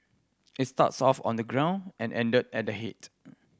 it starts off on the ground and ended at the head